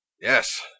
Yes